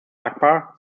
akbar